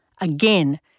again